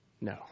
No